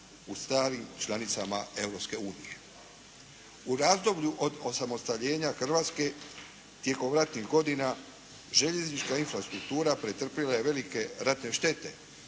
u starim članicama Europske unije. U razdoblju od osamostaljenja Hrvatske tijekom ratnih godina željeznička infrastruktura pretrpjela je velike ratne štete,